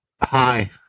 Hi